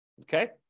Okay